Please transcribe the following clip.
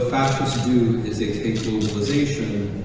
fascists do, is they take globalization,